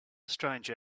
strange